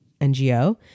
NGO